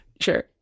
Sure